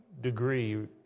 degree